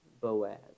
Boaz